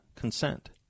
consent